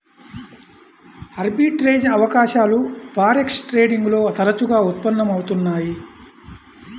arbitrage అవకాశాలు forex trading లో తరచుగా ఉత్పన్నం అవుతున్నయ్యి